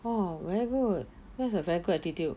oh very good that's a very good attitude